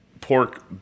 pork